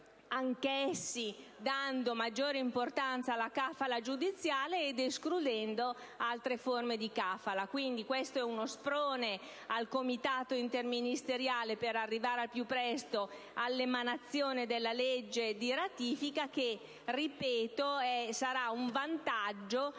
anch'essi dando maggiore importanza alla *kafala* giudiziale ed escludendo altre forme di *kafala*. È questo uno sprone al Comitato interministeriale per arrivare al più presto all'approvazione della legge di ratifica che, ripeto, è e sarà un vantaggio